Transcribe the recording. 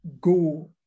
go